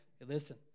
listen